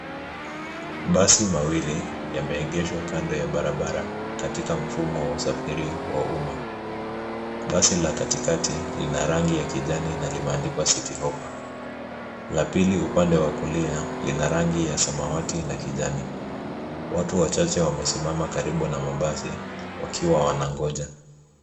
Basi mawili yameegeshwa kando ya barabara, katika mfumo wa usafiri wa umma. Basi la katikati lina rangi ya kijani na limeandikwa City Hoppa. La pili upande wa kulia, lina rangi ya samawati na kijani. Watu wachache wamesimama karibu na mabasi, wakiwa wanangoja.